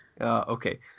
Okay